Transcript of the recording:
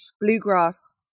bluegrass